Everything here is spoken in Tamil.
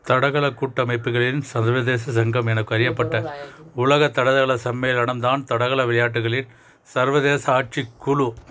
தடகள கூட்டமைப்புகளின் சர்வதேச சங்கம் என கறியப்பட்ட உலக தடதள சம்மேளனம் தான் தடகள விளையாட்டுகளின் சர்வதேச ஆட்சிக் குழு